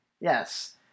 Yes